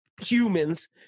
humans